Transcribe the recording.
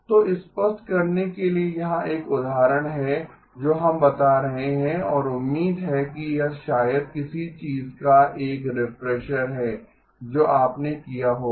तो स्पष्ट करने के लिए यहाँ एक उदाहरण है जो हम बता रहे हैं और उम्मीद है कि यह शायद किसी चीज़ का एक रिफ्रेशर है जो आपने किया होगा